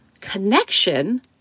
connection